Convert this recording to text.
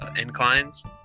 inclines